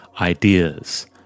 ideas